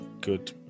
good